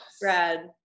Brad